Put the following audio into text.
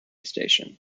station